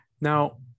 Now